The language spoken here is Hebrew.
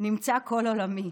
נמצא כל עולמי,